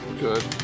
Good